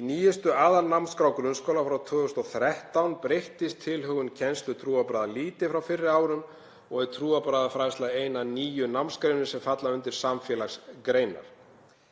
Í nýjustu aðalnámskrá grunnskóla frá 2013 breyttist tilhögun kennslu trúarbragða lítið frá fyrri árum og er trúarbragðafræðsla ein af níu námsgreinum sem falla undir samfélagsgreinar.